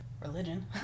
religion